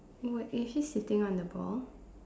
what is he sitting on the ball